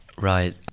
Right